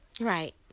right